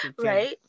right